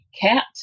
Cat